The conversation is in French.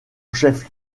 chef